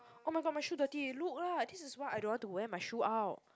oh-my-god my shoe dirty look lah this is why I don't want to wear my shoe out